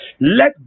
Let